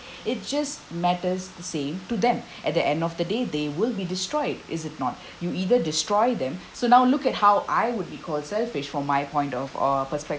it just matters the same to them at the end of the day they will be destroyed is it not you either destroy them so now look at how I would be called selfish from my point of uh perspective